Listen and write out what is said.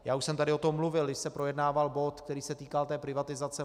Já už jsem tady o tom mluvil, když se projednával bod, který se týkal té privatizace.